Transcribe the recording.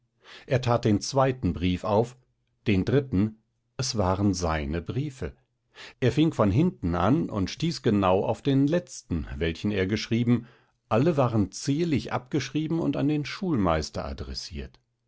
er tat den zweiten brief auf den dritten es waren seine briefe er fing von hinten an und stieß genau auf den letzten welchen er geschrieben alle waren zierlich abgeschrieben und an den schulmeister adressiert